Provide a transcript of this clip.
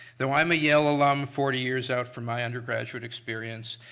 though i'm a yale alum forty years out from my undergraduate experience,